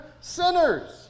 sinners